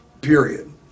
period